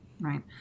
right